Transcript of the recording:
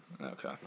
Okay